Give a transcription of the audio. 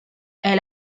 est